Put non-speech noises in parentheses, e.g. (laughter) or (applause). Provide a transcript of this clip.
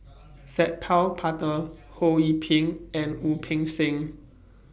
(noise) Sat Pal Khattar Ho Yee Ping and Wu Peng Seng